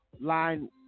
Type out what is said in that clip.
line